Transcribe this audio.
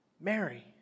Mary